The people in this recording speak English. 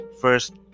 First